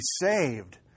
saved